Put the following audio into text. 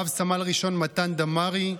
רב-סמל ראשון מתן דמארי,